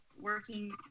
working